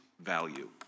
value